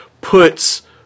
puts